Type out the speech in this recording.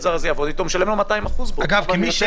הזר יעבוד ולכן הוא משלם לו 200% בגין היום הזה.